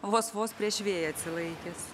vos vos prieš vėją atsilaikęs